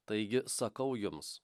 taigi sakau jums